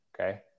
Okay